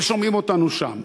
ושומעים אותנו שם,